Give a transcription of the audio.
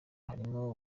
harimo